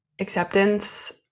acceptance